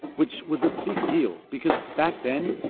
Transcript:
which was a big deal because, back then,